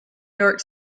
york